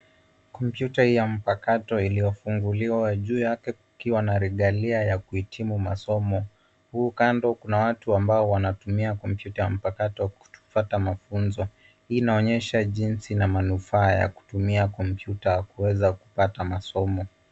Kompyuta ya mapakato iliyofunguliwa, juu yake kukiwa na regalia ya kuhitimu masomo. Huku kando kuna watu ambao wanatumia kompyuta mpakato kupata mafunzo. Hii inaonyesha jinsi na manufaa ya kutumia kompyuta kuweza kupata masomo.